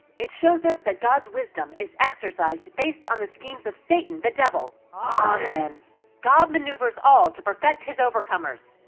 it shows us that god's wisdom is exercised based on the schemes of satan the devil. ah um god maneuvers all to perfect his overcomers.